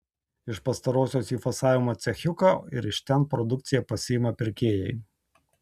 iš pastarosios į fasavimo cechiuką ir iš ten produkciją pasiima pirkėjai